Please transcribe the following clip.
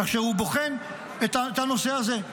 בכך שהם בוחנים את הנושא הזה.